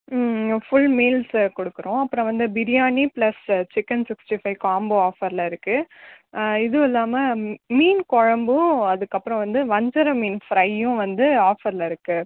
full meals கொடுக்குறோம் அப்புறம் வந்து biryani plus chicken sixty five combo ஆஃபர்ரில் இருக்குது இதுவும் இல்லாமல் மீன் குழம்பும் அதுக்கப்புறம் வந்து வஞ்சரம் மீன் ஃப்ரையும் வந்து ஆஃபர்ரில் இருக்குது